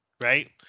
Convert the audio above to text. right